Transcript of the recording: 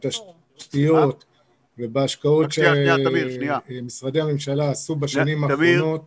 בתשתיות ובהשקעות שמשרדי הממשלה עשו בשנים האחרונות